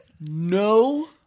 no